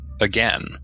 again